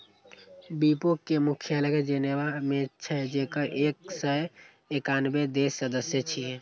विपो के मुख्यालय जेनेवा मे छै, जेकर एक सय एकानबे देश सदस्य छियै